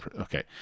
Okay